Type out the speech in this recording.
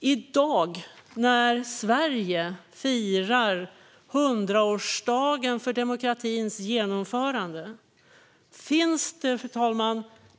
I dag när Sverige firar 100-årsdagen för demokratins genomförande finns det